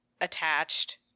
attached